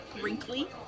wrinkly